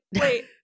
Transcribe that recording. Wait